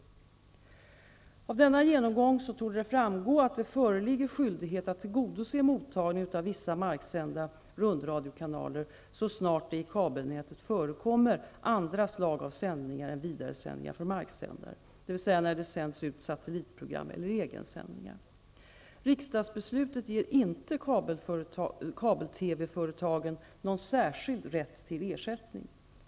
Av denna genomgång torde framgå att det föreligger skyldighet att tillgodose mottagning av vissa marksända rundradiokanaler så snart det i kabelnätet förekommer andra slag av sändningar än vidaresändningar från marksändare, dvs. när det sänds ut satellitprogram eller egensändningar. Riksdagsbeslutet ger inte kabel-TV-företagen någon särskild rätt till ersättning.